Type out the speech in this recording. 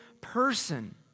person